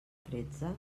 tretze